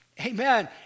Amen